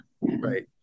Right